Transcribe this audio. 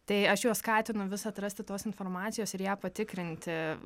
tai aš juos skatinu vis atrasti tos informacijos ir ją patikrinti